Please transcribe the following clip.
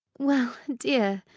well, dear,